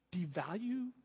devalue